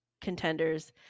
contenders